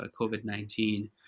COVID-19